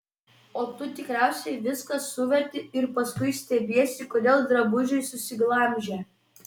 o tu tikriausiai viską suverti ir paskui stebiesi kodėl drabužiai susiglamžę